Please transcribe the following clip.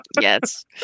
Yes